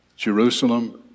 Jerusalem